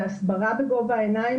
בהסברה בגובה העיניים,